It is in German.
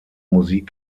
musik